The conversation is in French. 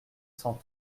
cent